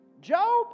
Job